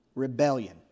rebellion